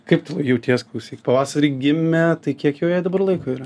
kaip tu jauties klausyk pavasarį gimė tai kiek jau jai dabar laiko yra